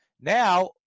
Now